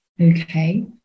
okay